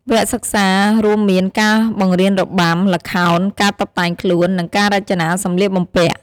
វគ្គសិក្សារួមមានការបង្រៀនរបាំ ល្ខោន ការតុបតែងខ្លួន និងការរចនាសម្លៀកបំពាក់។